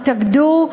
התאגדו,